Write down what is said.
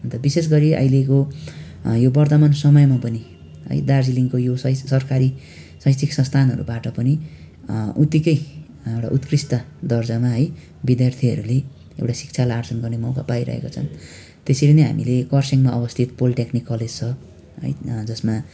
अन्त विशेष गरी अहिलेको यो वर्तमान समयमा पनि है दार्जिलिङको यो सरकारी शैक्षिक संस्थानहरूबाट पनि उत्तिकै एउटा उत्कृष्ट दर्जामा है विद्यार्थीहरूले एउटा शिक्षालाई आर्जन गर्ने मौका पाइरहेको छन् त्यसरी नै हामीले खरसाङमा अवस्थित पोलिटेक्निक कलेज छ है जसमा